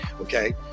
Okay